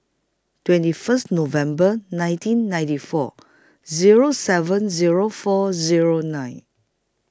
twenty First November nineteen ninety four Zero seven Zero four Zero nine